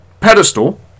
pedestal